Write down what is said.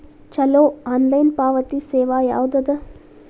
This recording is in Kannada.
ಛಲೋ ಆನ್ಲೈನ್ ಪಾವತಿ ಸೇವಾ ಯಾವ್ದದ?